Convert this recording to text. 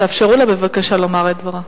תאפשרו לה בבקשה לומר את דברה.